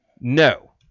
No